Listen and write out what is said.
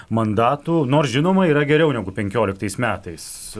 mandatų nors žinoma yra geriau negu penkioliktais metais